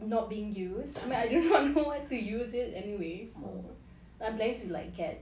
not being used I mean I don't know what to use it anyway so I'm planning to like get